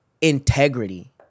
integrity